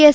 S